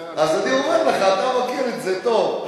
אני אומר לך, אתה מכיר את זה טוב.